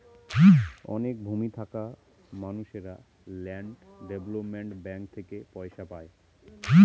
অনেক ভূমি থাকা মানুষেরা ল্যান্ড ডেভেলপমেন্ট ব্যাঙ্ক থেকে পয়সা পায়